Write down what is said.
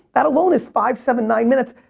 that alone is five, seven, nine minutes.